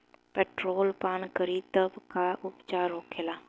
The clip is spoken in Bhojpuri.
पेट्रोल पान करी तब का उपचार होखेला?